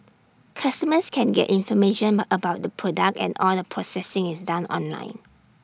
customers can get information but about the product and all the processing is done online